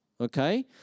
okay